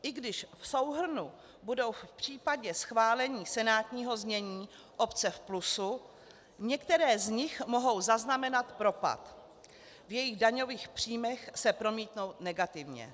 I když v souhrnu budou v případě schválení senátního znění obce v plusu, některé z nich mohou zaznamenat propad, v jejich daňových příjmech se promítnou negativně.